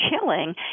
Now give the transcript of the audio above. chilling